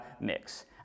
mix